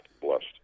blessed